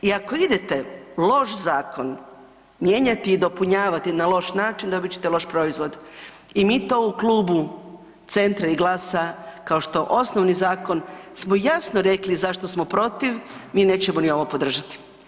I ako idete loš zakon mijenjati i dopunjavati na loš način, dobit ćete loš proizvod i mi to u klubu Centra i GLAS-a kao što osnovni zakon smo jasno rekli zašto smo protiv, mi nećemo ni ovo podržati.